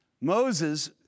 Moses